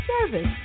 service